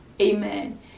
amen